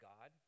God